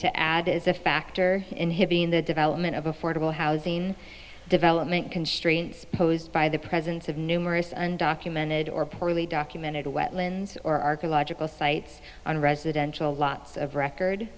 to add as a factor in his being the development of affordable housing development constraints posed by the presence of numerous undocumented or poorly documented wetlands or archaeological sites on residential lots of record